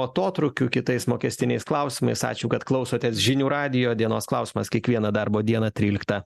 atotrūkiu kitais mokestiniais klausimais ačiū kad klausotės žinių radijo dienos klausimas kiekvieną darbo dieną tryliktą